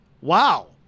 wow